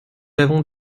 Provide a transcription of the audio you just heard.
avons